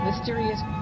mysterious